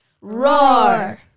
Roar